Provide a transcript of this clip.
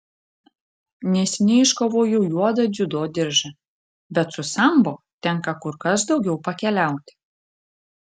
neseniai iškovojau juodą dziudo diržą bet su sambo tenka kur kas daugiau pakeliauti